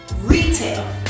retail